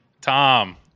Tom